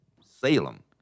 Salem